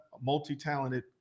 multi-talented